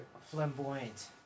Flamboyant